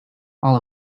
all